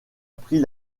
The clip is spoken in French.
pris